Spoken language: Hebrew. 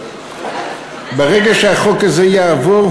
ברגע שהחוק הזה יעבור,